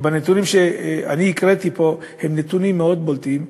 והנתונים שאני הקראתי פה הם נתונים מאוד בולטים.